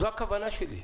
זו הכוונה שלי.